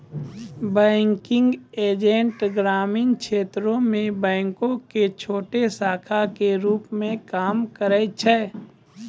banking agent ग्रामीण क्षेत्रो मे बैंको के छोटो शाखा के रुप मे काम करै छै